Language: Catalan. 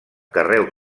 carreus